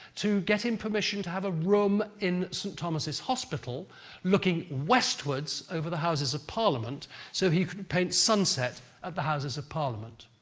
to get him permission to have a room in st thomas's hospital looking westwards over the houses of parliament so he could paint sunset at the houses of parliament.